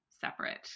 separate